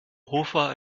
hofer